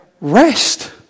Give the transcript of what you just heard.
rest